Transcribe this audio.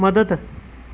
मदद